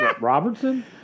Robertson